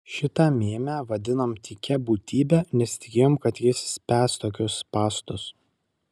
šitą mėmę vadinom tykia būtybe nesitikėjom kad jis spęs tokius spąstus